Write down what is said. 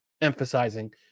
emphasizing